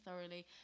thoroughly